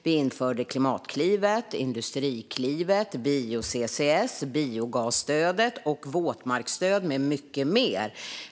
Vi införde Klimatklivet, Industriklivet, bio-CCS, biogasstöd, våtmarksstöd och mycket mer.